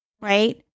Right